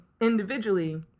individually